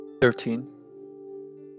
Thirteen